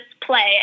play